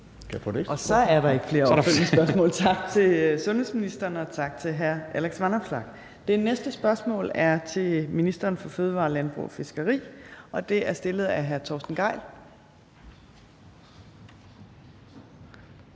Og så er der ikke flere opfølgende spørgsmål. Tak til sundhedsministeren, og tak til hr. Alex Vanopslagh. Det næste spørgsmål er til ministeren for fødevarer, landbrug og fiskeri. Og det er stillet af hr. Torsten Gejl.